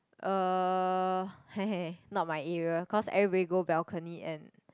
um he he he not my area cause everybody go balcony and